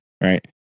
Right